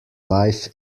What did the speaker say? life